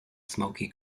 smoky